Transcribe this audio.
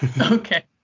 Okay